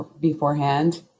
beforehand